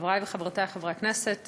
חברי וחברותי חברי הכנסת,